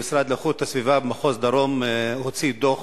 המשרד לאיכות הסביבה, מחוז דרום, הוציא דוח